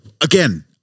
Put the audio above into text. Again